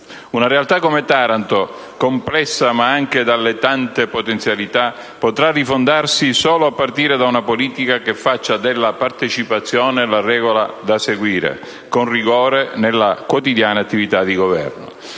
Una realtà come Taranto, complessa, ma anche dalle tante potenzialità, potrà rifondarsi solo a partire da una politica che faccia della partecipazione la regola da seguire, con rigore, nella quotidiana attività di Governo.